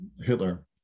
hitler